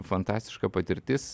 fantastiška patirtis